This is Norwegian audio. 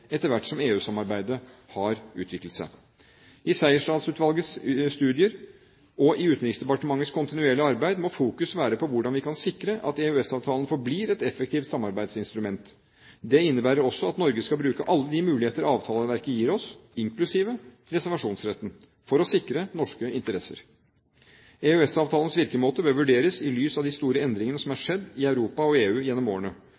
etter hvert som EU-samarbeidet har utviklet seg. I Sejersted-utvalgets studier og i Utenriksdepartementets kontinuerlige arbeid må fokus være på hvordan vi kan sikre at EØS-avtalen forblir et effektivt samarbeidsinstrument. Det innebærer også at Norge skal bruke alle de muligheter avtaleverket gir oss, inklusive reservasjonsretten, for å sikre norske interesser. EØS-avtalens virkemåte bør vurderes i lys av de store endringene som er skjedd i Europa og EU gjennom årene.